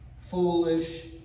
foolish